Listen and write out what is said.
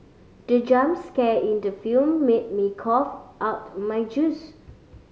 the jump scare in the film made me cough out my juice